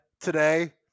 today